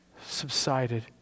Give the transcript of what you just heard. subsided